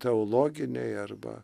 teologiniai arba